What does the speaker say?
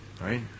Right